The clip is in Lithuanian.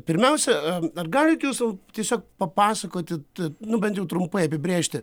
pirmiausia ar galit jūs tiesiog papasakoti tai nu bent jau trumpai apibrėžti